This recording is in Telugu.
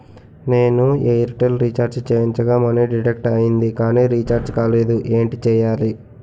నేను ఎయిర్ టెల్ రీఛార్జ్ చేయించగా మనీ డిడక్ట్ అయ్యింది కానీ రీఛార్జ్ కాలేదు ఏంటి చేయాలి?